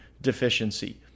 deficiency